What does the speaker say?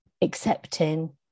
accepting